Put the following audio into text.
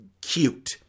cute